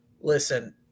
listen